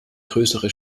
größere